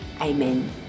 amen